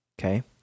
okay